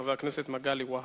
חבר הכנסת מגלי והבה.